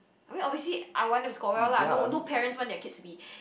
I mean obviously I want them to score well lah no no parents want their kids to be